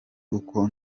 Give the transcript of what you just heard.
uko